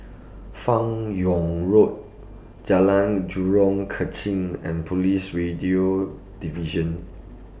fan Yoong Road Jalan Jurong Kechil and Police Radio Division